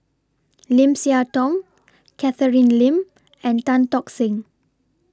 Lim Siah Tong Catherine Lim and Tan Tock Seng